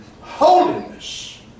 holiness